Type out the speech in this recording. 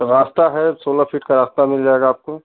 रास्ता है सोलह फीट का रास्ता है मिल जाएगा आपको